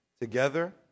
together